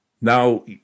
Now